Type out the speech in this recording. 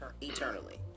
eternally